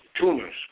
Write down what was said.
tumors